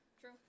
True